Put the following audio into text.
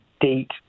date